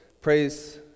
Praise